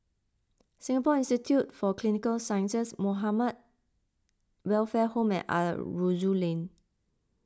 Singapore Institute for Clinical Sciences Muhamma Welfare Home and Aroozoo Lane